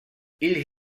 ils